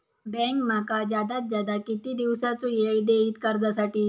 Bank माका जादात जादा किती दिवसाचो येळ देयीत कर्जासाठी?